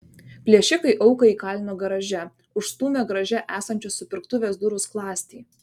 plėšikai auką įkalino garaže užstūmę garaže esančios supirktuvės durų skląstį